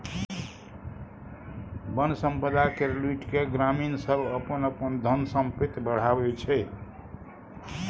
बन संपदा केर लुटि केँ ग्रामीण सब अपन धन संपैत बढ़ाबै छै